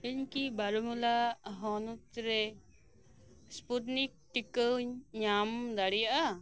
ᱤᱧᱠᱤ ᱵᱟᱨᱚᱢᱩᱞᱟ ᱦᱚᱱᱚᱛ ᱨᱮ ᱥᱯᱩᱴᱱᱤᱠ ᱴᱤᱠᱟᱹᱧ ᱧᱟᱢ ᱫᱟᱲᱮᱭᱟᱜᱼᱟ